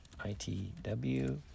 ITW